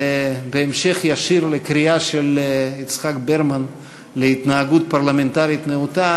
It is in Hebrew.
ובהמשך ישיר לקריאה של יצחק ברמן להתנהגות פרלמנטרית נאותה,